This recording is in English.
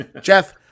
Jeff